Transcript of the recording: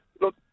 Look